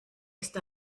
ist